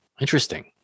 interesting